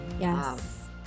Yes